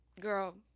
girl